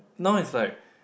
now is like